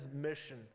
mission